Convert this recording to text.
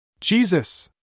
Jesus